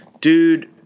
Dude